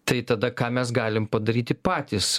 tai tada ką mes galim padaryti patys